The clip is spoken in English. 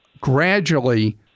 Gradually